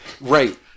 Right